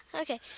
Okay